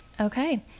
Okay